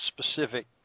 specific